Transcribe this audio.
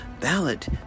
ballot